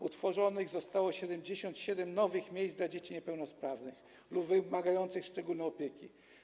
Utworzonych zostało 77 nowych miejsc dla dzieci niepełnosprawnych lub wymagających szczególnej opieki.